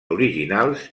originals